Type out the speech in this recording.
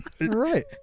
Right